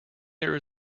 there